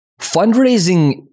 Fundraising